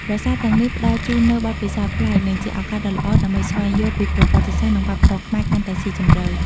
ប្រាសាទទាំងនេះផ្តល់ជូននូវបទពិសោធន៍ប្លែក និងជាឱកាសដ៏ល្អដើម្បីស្វែងយល់ពីប្រវត្តិសាស្ត្រ និងវប្បធម៌ខ្មែរកាន់តែស៊ីជម្រៅ។